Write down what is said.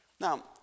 Now